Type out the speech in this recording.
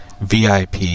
VIP